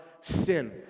sin